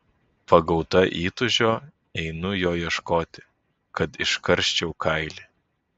pagauta įtūžio einu jo ieškoti kad iškarščiau kailį